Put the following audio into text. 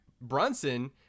Brunson